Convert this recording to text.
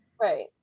Right